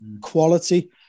quality